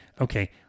okay